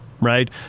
Right